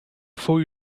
faut